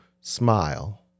Smile